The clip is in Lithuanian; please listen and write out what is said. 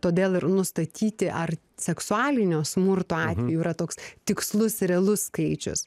todėl ir nustatyti ar seksualinio smurto atvejų yra toks tikslus ir realus skaičius